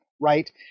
right